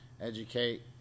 educate